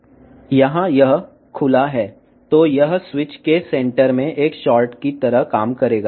కాబట్టి ఇది స్విచ్ మధ్యలో షార్ట్గా పనిచేస్తుంది